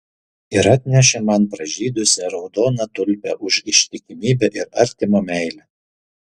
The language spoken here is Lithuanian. ir atnešė man pražydusią raudoną tulpę už ištikimybę ir artimo meilę